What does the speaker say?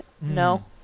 No